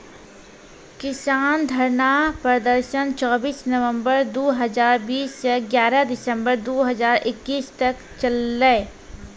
किसान धरना प्रदर्शन चौबीस नवंबर दु हजार बीस स ग्यारह दिसंबर दू हजार इक्कीस तक चललै